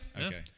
Okay